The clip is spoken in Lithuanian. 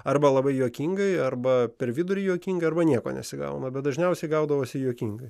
arba labai juokingai arba per vidurį juokinga arba nieko nesigauna bet dažniausiai gaudavosi juokingai